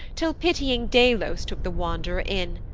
till pitying delos took the wand'rer in.